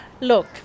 Look